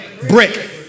Brick